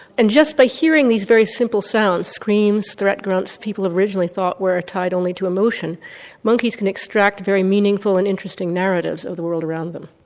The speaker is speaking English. and just by hearing those very simple sounds, screams, threat grunts, people originally thought were ah tied only to emotion monkeys can extract very meaningful and interesting narratives of the world around them.